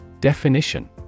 Definition